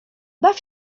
baw